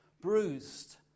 Bruised